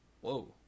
Whoa